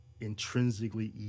intrinsically